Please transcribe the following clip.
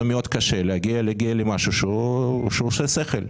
מאוד קשה להגיע למשהו שהוא עושה שכל.